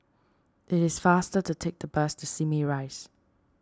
it is faster to take the bus to Simei Rise